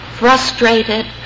Frustrated